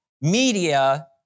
media